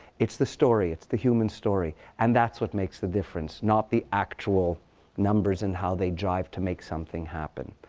it's the story. it's the human story. and that's what makes the difference, not the actual numbers and how they jive to make something happen.